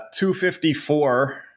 254